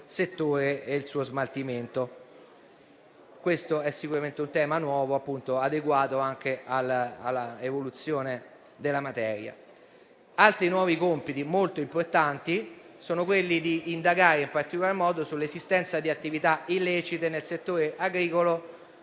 ed al suo smaltimento. Questo è sicuramente un tema nuovo, adeguato anche all'evoluzione della materia. Altri nuovi compiti molto importanti sono quelli di indagare in particolar modo sull'esistenza di attività illecite nel settore agricolo